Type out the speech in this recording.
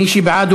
מי שבעד,